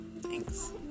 Thanks